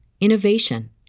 innovation